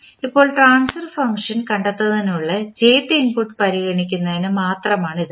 ഇപ്പോൾ transfer function കണ്ടെത്തുന്നതിനുള്ള jth input പരിഗണിക്കുന്നതിന് മാത്രമാണ് ഇത്